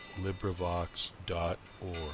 LibriVox.org